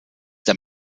der